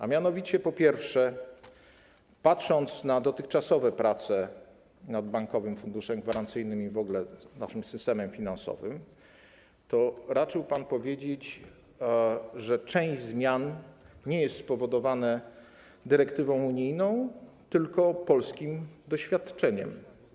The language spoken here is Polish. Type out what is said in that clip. A mianowicie, po pierwsze, patrząc na dotychczasowe prace nad Bankowym Funduszem Gwarancyjnym i w ogóle naszym systemem finansowym, raczył pan powiedzieć, że część zmian nie jest spowodowana dyrektywą unijną, tylko polskim doświadczeniem.